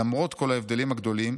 למרות כל ההבדלים הגדולים,